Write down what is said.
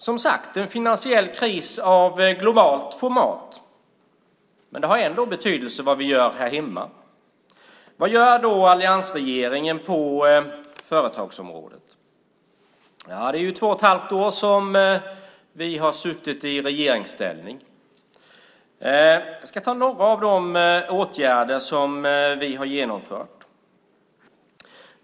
Som sagt, det är en finansiell kris av globalt format, men det har ändå betydelse vad vi gör här hemma. Vad gör då alliansregeringen på företagsområdet? I två och ett halvt år har vi suttit i regeringsställning. Jag ska nämna några av de åtgärder som vi har genomfört.